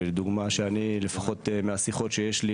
ודוגמה שאני לפחות מהשיחות שיש לי,